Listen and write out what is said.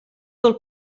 del